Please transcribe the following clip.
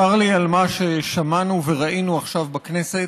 צר לי על מה ששמענו וראינו עכשיו בכנסת.